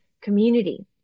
community